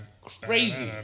crazy